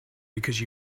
because